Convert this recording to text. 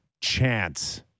chance